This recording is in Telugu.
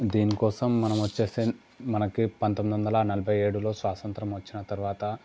దీనికోసం మనము వచ్చేసి మనకు పంతొమ్మిది వందల నలభై ఏడులో స్వాతంత్రం వచ్చిన తర్వాత